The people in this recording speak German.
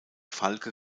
falke